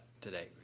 today